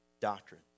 doctrine